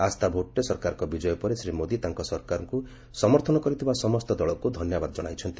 ଆସ୍ଥା ଭୋଟ୍ରେ ସରକାରଙ୍କ ବିଜୟ ପରେ ଶ୍ରୀ ମୋଦି ତାଙ୍କ ସରକାରଙ୍କୁ ସମର୍ଥନ କରିଥିବା ସମସ୍ତ ଦଳକୁ ଧନ୍ୟବାଦ ଜଣାଇଛନ୍ତି